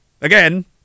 again